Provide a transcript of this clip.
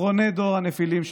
ראשונת הדוברים,